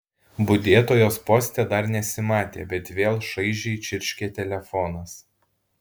budėtojos poste dar nesimatė bet vėl šaižiai čirškė telefonas